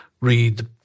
read